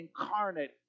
incarnate